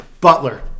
Butler